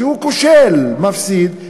שהוא כושל ומפסיד,